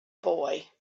boy